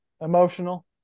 emotional